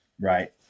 right